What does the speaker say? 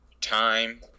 time